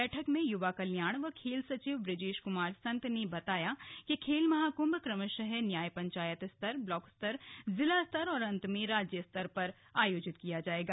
बैठक में युवा कल्याण व खेल सचिव बृजेश कुमार सन्त ने बताया कि खेल महाकुंभ क्रमशः न्याय पंचायत स्तर ब्लाक स्तर जिला स्तर और अन्त में राज्य स्तर पर किया जायेगा